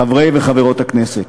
חברי וחברות הכנסת,